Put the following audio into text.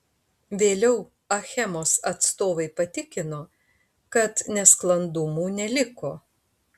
vėliau achemos atstovai patikino kad nesklandumų neliko